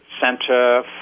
Center